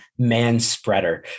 manspreader